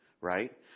right